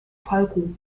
falco